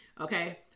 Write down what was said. okay